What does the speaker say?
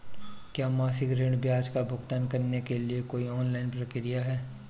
क्या मासिक ऋण ब्याज का भुगतान करने के लिए कोई ऑनलाइन प्रक्रिया है?